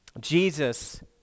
Jesus